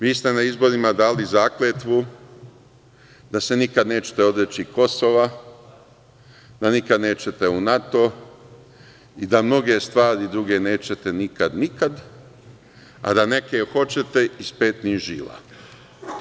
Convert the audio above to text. Vi ste na izborima dali zakletvu da se nikad nećete odreći Kosova, da nikad nećete u NATO i da mnoge stvari druge nećete nikad, nikad, a da neke hoćete iz petnih žila.